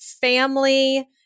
family